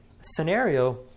scenario